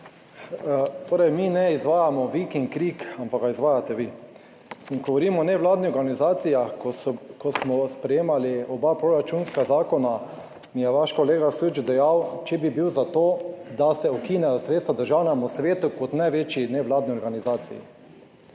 torej mi ne izvajamo vik in krik, ampak ga izvajate vi. In ko govorimo o nevladnih organizacijah, ko smo sprejemali oba proračunska zakona, mi je vaš kolega Süč dejal, če bi bil za to, da se ukinejo sredstva Državnemu svetu kot največji nevladni organizaciji.